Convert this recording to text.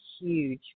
huge